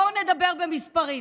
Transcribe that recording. בואו נדבר במספרים.